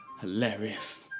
hilarious